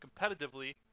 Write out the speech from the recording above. competitively